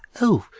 oh,